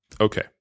Okay